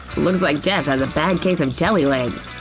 looks like jess has a bad case of jelly legs!